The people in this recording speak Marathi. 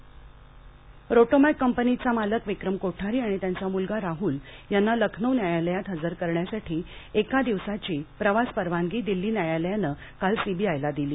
रोटोमॅकः रोटोमॅक कंपनीचा मालक विक्रम कोठारी आणि त्याचा मुलगा राहल यांना लखनऊ न्यायालयात हजर करण्यासाठी एका दिवसाची प्रवास परवानगी दिल्ली न्यायालयानं काल सीबीआयला दिली